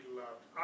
loved